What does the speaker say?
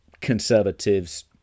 conservatives